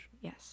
Yes